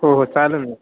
हो हो चालेल ना